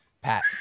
Pat